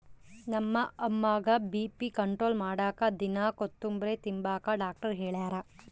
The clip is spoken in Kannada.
ನಮ್ಮ ಅಮ್ಮುಗ್ಗ ಬಿ.ಪಿ ಕಂಟ್ರೋಲ್ ಮಾಡಾಕ ದಿನಾ ಕೋತುಂಬ್ರೆ ತಿಂಬಾಕ ಡಾಕ್ಟರ್ ಹೆಳ್ಯಾರ